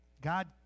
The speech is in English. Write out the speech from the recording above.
God